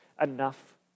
enough